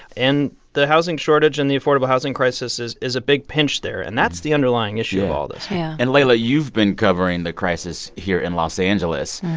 and the housing shortage and the affordable housing crisis is is a big pinch there, and that's the underlying issue of all this yeah and, leila, you've been covering the crisis here in los angeles.